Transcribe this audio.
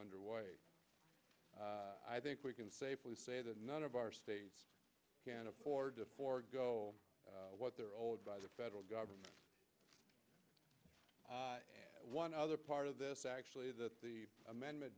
underway i think we can safely say that none of our states can afford to forego what they're old by the federal government one other part of this actually that the amendment